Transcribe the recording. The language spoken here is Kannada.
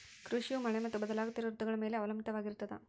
ಕೃಷಿಯು ಮಳೆ ಮತ್ತು ಬದಲಾಗುತ್ತಿರೋ ಋತುಗಳ ಮ್ಯಾಲೆ ಅವಲಂಬಿತವಾಗಿರ್ತದ